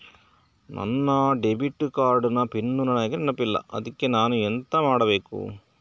ನನ್ನ debit card ನ PIN ನನಗೆ ನೆನಪಿಲ್ಲ ಅದ್ಕೆ ನಾನು ಎಂತ ಮಾಡಬೇಕು?